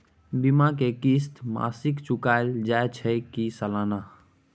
बीमा के किस्त मासिक चुकायल जाए छै की सालाना?